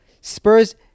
Spurs